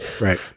Right